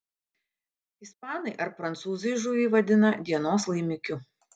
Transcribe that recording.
ispanai ar prancūzai žuvį vadina dienos laimikiu